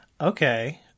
Okay